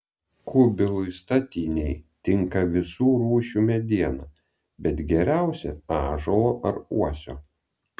kubilui statinei tinka visų rūšių mediena bet geriausia ąžuolo ar uosio